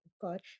God